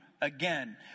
again